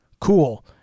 cool